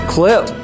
Clip